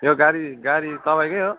यो गाडी गाडी तपाईँकै हो